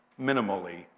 minimally